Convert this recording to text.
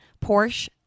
Porsche